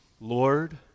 Lord